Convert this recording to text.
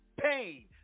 pain